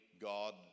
God